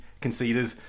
Conceded